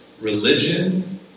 religion